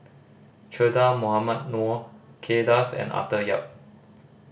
Che Dah Mohamed Noor Kay Das and Arthur Yap